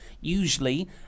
Usually